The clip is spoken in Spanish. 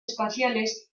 espaciales